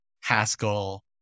Haskell